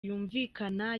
yumvikana